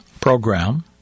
program